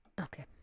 Okay